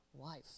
life